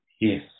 Yes